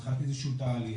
התחלתי איזה שהוא תהליך,